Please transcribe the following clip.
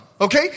okay